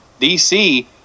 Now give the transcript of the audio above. dc